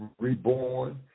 reborn